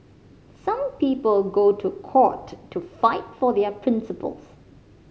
some people go to court to fight for their principles